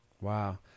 Wow